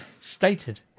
stated